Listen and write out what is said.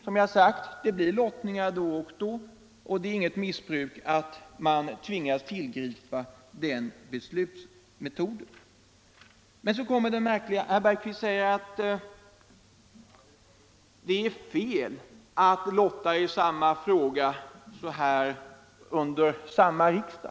Som jag sagt blir det lottningar då och då, och det är inget missbruk att man tvingas tillgripa den beslutsmetoden. Men så kommer det märkliga. Herr Bergqvist säger att det är fel att lotta i samma fråga två gånger under samma riksdag.